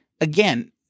again